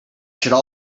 should